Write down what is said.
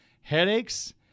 headaches